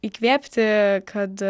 įkvėpti kad